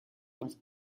was